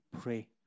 pray